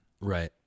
Right